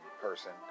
person